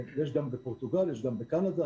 יש גם בפורטוגל ויש גם בקנדה.